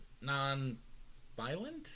non-violent